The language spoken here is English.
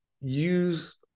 use